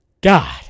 God